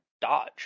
dodge